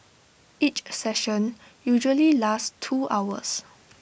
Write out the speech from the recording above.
each session usually lasts two hours